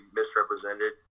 misrepresented